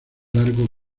largo